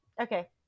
Okay